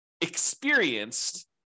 experienced